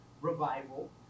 revival